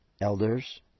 elders